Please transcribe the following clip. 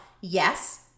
yes